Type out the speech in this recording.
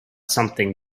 something